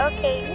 Okay